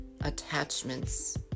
attachments